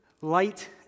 light